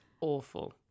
awful